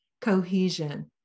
cohesion